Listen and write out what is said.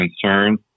concerns